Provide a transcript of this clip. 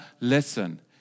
listen